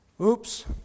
Oops